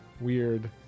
weird